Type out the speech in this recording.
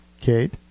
Kate